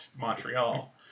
Montreal